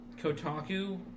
Kotaku